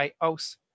house